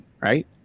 Right